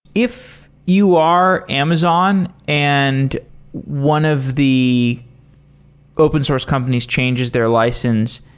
if you are amazon and one of the open source companies changes their license,